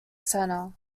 centre